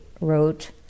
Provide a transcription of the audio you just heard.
wrote